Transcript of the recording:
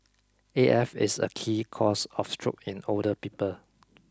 A F is a key cause of stroke in older people